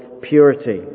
purity